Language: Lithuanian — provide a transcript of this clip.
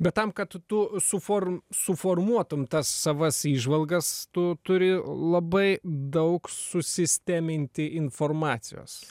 bet tam kad tu suform suformuotum tas savas įžvalgas tu turi labai daug susisteminti informacijos